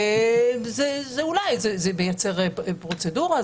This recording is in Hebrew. אולי זה מייצר פרוצדורה,